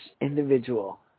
individual